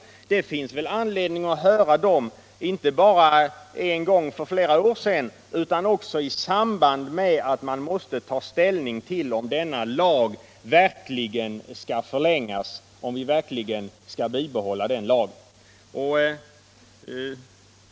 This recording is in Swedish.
Även om man har hört de människorna en gång för flera år sedan finns det väl anledning att höra dem också i samband med att man skall ta ställning till om denna lag verkligen' skall förlängas.